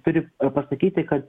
turi pasakyti kad